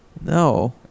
No